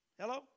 Hello